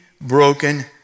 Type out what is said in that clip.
broken